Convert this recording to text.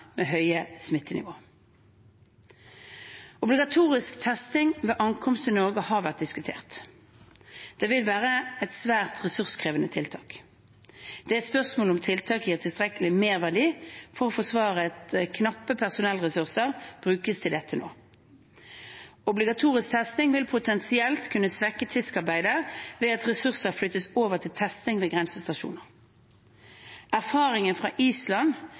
med høye smittenivåer. Obligatorisk testing ved ankomst til Norge har vært diskutert. Det vil være et svært ressurskrevende tiltak. Det er et spørsmål om tiltaket gir tilstrekkelig merverdi for å forsvare at knappe personellressurser brukes til dette nå. Obligatorisk testing vil potensielt kunne svekke TISK-arbeidet ved at ressurser flyttes over til testing ved grensestasjoner. Erfaringer fra Island